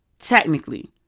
technically